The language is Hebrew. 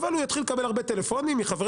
אבל הוא יתחיל לקבל הרבה טלפונים מחברי